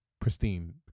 pristine